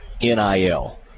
NIL